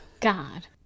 god